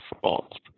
fault